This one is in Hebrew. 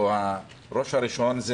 הראש הראשון זה